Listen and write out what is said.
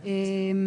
פעוט?